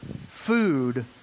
food